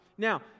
Now